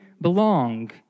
belong